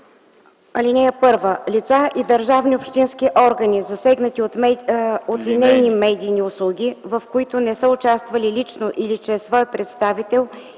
„(1) Лица и държавни и общински органи, засегнати от линейни медийни услуги, в които не са участвали лично или чрез свой представител,